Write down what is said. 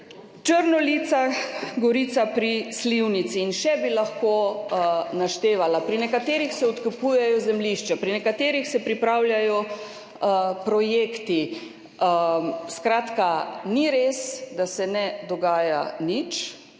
Črnolica–Gorica pri Slivnici in še bi lahko naštevala. Pri nekaterih se odkupujejo zemljišča, pri nekaterih se pripravljajo projekti. Skratka, ni res, da se ne dogaja nič.